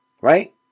Right